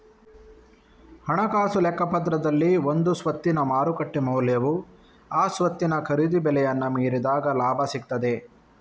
ಹಣಕಾಸು ಲೆಕ್ಕಪತ್ರದಲ್ಲಿ ಒಂದು ಸ್ವತ್ತಿನ ಮಾರುಕಟ್ಟೆ ಮೌಲ್ಯವು ಆ ಸ್ವತ್ತಿನ ಖರೀದಿ ಬೆಲೆಯನ್ನ ಮೀರಿದಾಗ ಲಾಭ ಸಿಗ್ತದೆ